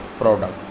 product